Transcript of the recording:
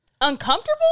Uncomfortable